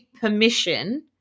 permission